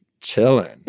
chilling